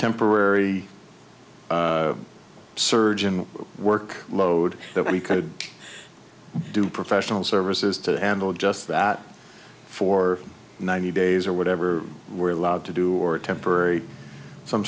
temporary surge in work load that we could do professional services to andle just for ninety days or whatever we're allowed to do or temporary some